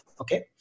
Okay